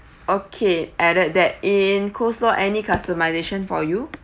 okay added that in coleslaw any customization for you